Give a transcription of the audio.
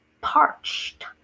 parched